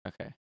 Okay